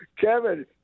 Kevin